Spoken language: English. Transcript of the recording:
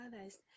others